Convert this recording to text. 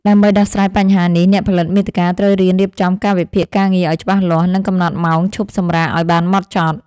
ដើម្បីដោះស្រាយបញ្ហានេះ អ្នកផលិតមាតិកាត្រូវរៀនរៀបចំកាលវិភាគការងារឱ្យច្បាស់លាស់ និងកំណត់ម៉ោងឈប់សម្រាកឱ្យបានម៉ត់ចត់។